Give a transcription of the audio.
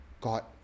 God